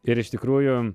ir iš tikrųjų